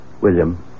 William